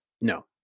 No